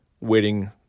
waiting